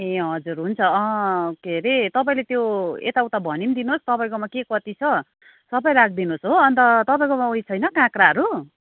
ए हजुर हुन्छ के अरे तपाईँले त्यो यताउता भनी पनि दिनुहोस् तपाईँकोमा के कति छ सबै राखिदिनु होस् हो अन्त तपाईँकोमा उइस छैन काँक्राहरू